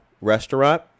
restaurant